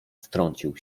wtrącił